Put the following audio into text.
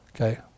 Okay